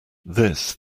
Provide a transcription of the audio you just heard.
this